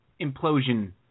implosion